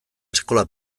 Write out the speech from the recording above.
eskola